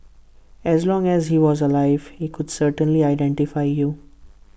as long as he was alive he could certainly identify you